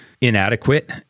inadequate